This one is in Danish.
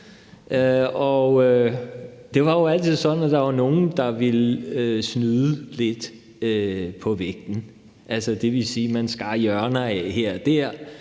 Det var jo altid sådan, at der var nogle, der ville snyde lidt på vægten, altså det vil sige, at man skar hjørner af her og der,